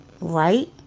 right